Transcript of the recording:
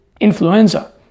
influenza